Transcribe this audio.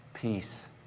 Peace